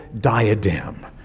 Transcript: diadem